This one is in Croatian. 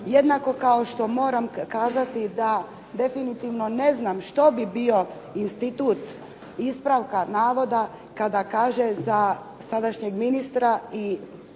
Jednako kao što moram kazati da definitivno ne znam što bi bio institut ispravka navoda kada kaže za sadašnjeg ministra i